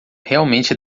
realmente